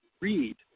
read